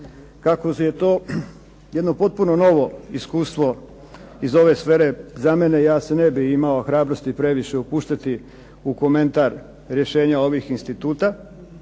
Kako je to jedno potpuno novo iskustvo iz ove sfere za mene ja se ne bi imao hrabrosti previše upuštati u komentar rješenja ovih instituta,